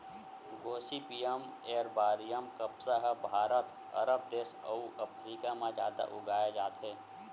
Gossypium arboreum कपसा ह Bharat, Arab देस अउ अफ्रीका म जादा उगाए जाथे